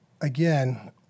again